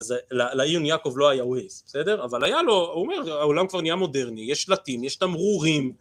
זה, לעיון יעקב לא היה ווייז, בסדר? אבל היה לו, הוא אומר, העולם כבר נהיה מודרני, יש שלטים, יש תמרורים,